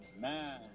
Man